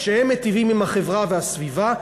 כשהם מיטיבים עם החברה והסביבה,